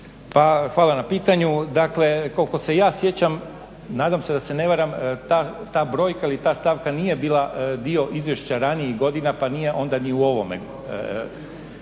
Pa hvala na pitanju. Dakle koliko se ja sjećam, nadam se da se ne varam, ta brojka ili ta stavka nije bila dio izvješća ranijih godina pa nije onda ni u ovome.